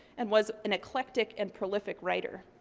and was an eclectic and prolific writer.